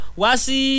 wasi